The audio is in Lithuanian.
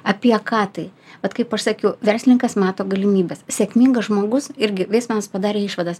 apie ką tai vat kaip aš sakiau verslininkas mato galimybes sėkmingas žmogus irgi veismanas padarė išvadas